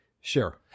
Sure